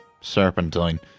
serpentine